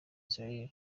israel